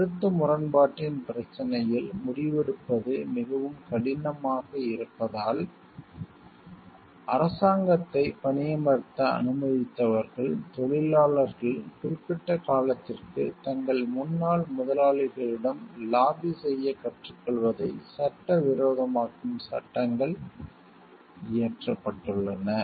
கருத்து முரண்பாட்டின் பிரச்சினையில் முடிவெடுப்பது மிகவும் கடினமாக இருப்பதால் அரசாங்கத்தை பணியமர்த்த அனுமதித்தவர்கள் தொழிலாளர்கள் குறிப்பிட்ட காலத்திற்கு தங்கள் முன்னாள் முதலாளிகளிடம் லாபி செய்ய கற்றுக்கொள்வதை சட்டவிரோதமாக்கும் சட்டங்கள் இயற்றப்பட்டுள்ளன